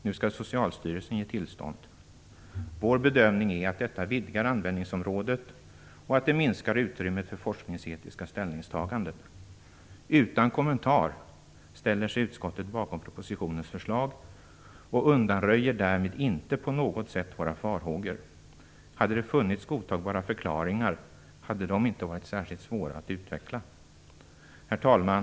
Nu skall Socialstyrelsen ge tillstånd. Vår bedömning är att detta vidgar användningsområdet och att det minskar utrymmet för forskningsetiska ställningstaganden. Utan kommentar ställer sig utskottet bakom propositionens förslag och undanröjer därmed inte på något sätt våra farhågor. Hade det funnits godtagbara förklaringar skulle det inte ha varit särskilt svårt att utveckla dem. Herr talman!